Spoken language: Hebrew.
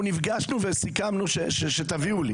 אנחנו נפגשנו וסיכמנו שתביאו לי.